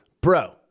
bro